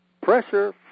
pressure